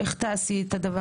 איך תעשי את זה?